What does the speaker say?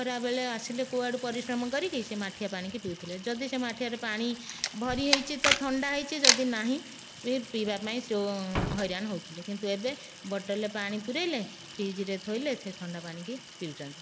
ଖରାବେଳେ ଆସିଲେ କୁଆଡୁ ପରିଶ୍ରମ କରିକି ସେଇ ମାଠିଆ ପାଣିକି ପିଉଥିଲେ ଯଦି ସେ ମାଠିଆର ପାଣି ଭରି ହେଇଛି ତ ଥଣ୍ଡା ଅଛି ଯଦି ନାହିଁ ପିଇବାପାଇଁ ହଇରାଣ ହେଉଥିଲେ କିନ୍ତୁ ଏବେ ବୋଟଲ୍ରେ ପାଣି ପୁରେଇଲେ ଫ୍ରିଜ୍ରେ ଥୋଇଲେ ଥଣ୍ଡା ପାଣି କି ପିଉଛନ୍ତି